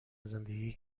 زندگی